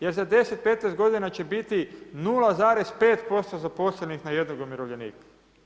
Jer za 10-15 godina će biti 0,5% zaposlenih na jednog umirovljenika.